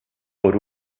por